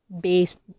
based